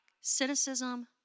cynicism